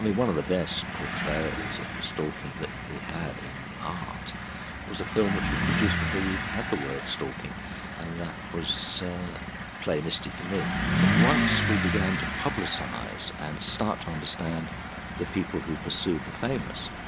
one of the best portrayals of stalking that we have in art was a film which was produced before we even had the word stalking and that was play misty for me, but once we began to publicise and start to understand the people who pursued the famous,